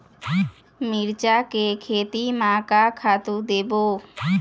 मिरचा के खेती म का खातू देबो?